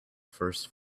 first